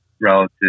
relative